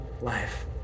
life